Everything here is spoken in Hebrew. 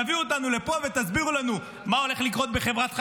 תביאו אותנו לפה ותסבירו לנו מה הולך לקרות בחברת חשמל,